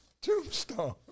Tombstone